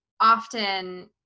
often